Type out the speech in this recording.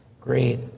great